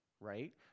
right